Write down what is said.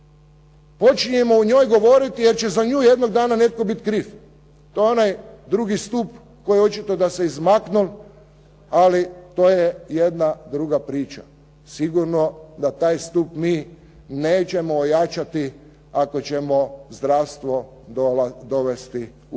počinjemo o njoj govoriti jer će za nju jednog dana biti kriv. To je onaj drugi stup koji očito da se izmaknuo, ali to je jedna druga priča. Sigurno da taj stup mi nećemo ojačati ako ćemo zdravstvo dovesti u